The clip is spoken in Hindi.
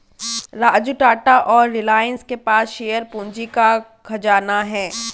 राजू टाटा और रिलायंस के पास शेयर पूंजी का खजाना है